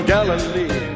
Galilee